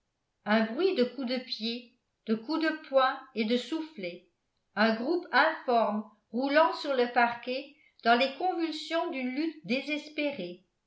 un bruit de coups de pied de coups de poing et de soufflets un groupe informe roulant sur le parquet dans les convulsions d'une lutte désespérée